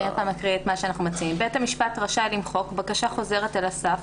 אנחנו מציעים: "בית המשפט רשאי למחוק בקשה חוזרת על הסף,